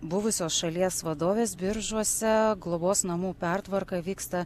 buvusios šalies vadovės biržuose globos namų pertvarka vyksta